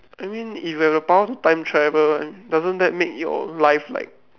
I mean if you have the power to time travel doesn't that make your life like